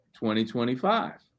2025